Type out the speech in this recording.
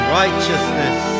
righteousness